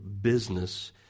business